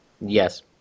Yes